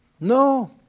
No